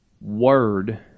Word